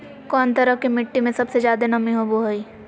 कौन तरह के मिट्टी में सबसे जादे नमी होबो हइ?